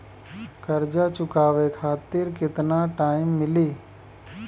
कर्जा चुकावे खातिर केतना टाइम मिली?